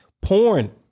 Porn